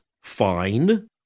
Fine